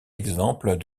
exemple